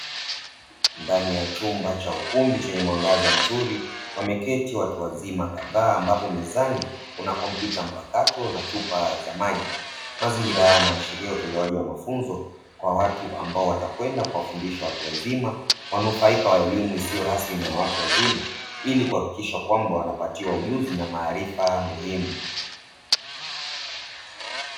Ndani ya chumba cha ukumbi chenye mwangaza mzuri wameketi watu wazima kadhaa ambapo mezani kuna kompyuta mpakato na chupa za maji, mazingira haya yanaashiria utolewaji wa mafunzo kwa watu ambao watakwenda kuwafundisha watu wazima wanufaika wa elimu isiyo rasmi na ya watu wazima, ili kuhakikisha kwamba wanapatiwa ujuzi na maarifa muhimu.